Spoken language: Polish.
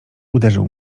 uderzył